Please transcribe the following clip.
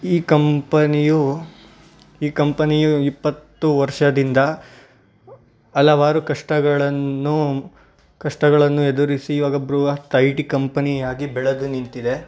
ಈ ಕಂಪನಿಯು ಈ ಕಂಪನಿಯು ಇಪ್ಪತ್ತು ವರ್ಷದಿಂದ ಹಲವಾರು ಕಷ್ಟಗಳನ್ನು ಕಷ್ಟಗಳನ್ನು ಎದುರಿಸಿ ಇವಾಗ ಬೃಹತ್ ಐ ಟಿ ಕಂಪನಿಯಾಗಿ ಬೆಳೆದು ನಿಂತಿದೆ